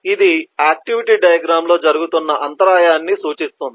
ఇది activity diagram లో జరుగుతున్న అంతరాయాన్ని సూచిస్తుంది